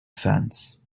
fence